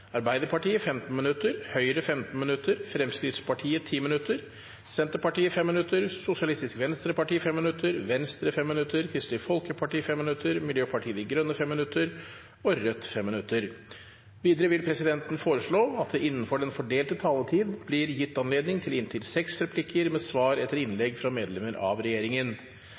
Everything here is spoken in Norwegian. Arbeiderpartiet 15 minutter, Høyre 15 minutter, Fremskrittspartiet 10 minutter, Senterpartiet 5 minutter, Sosialistisk Venstreparti 5 minutter, Venstre 5 minutter, Kristelig Folkeparti 5 minutter, Miljøpartiet De Grønne 5 minutter og Rødt 5 minutter. Videre vil presidenten foreslå at det – innenfor den fordelte taletid – blir gitt anledning til inntil seks replikker med svar etter innlegg fra medlemmer av regjeringen.